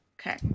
Okay